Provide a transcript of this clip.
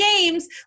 games